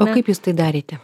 o kaip jūs tai darėte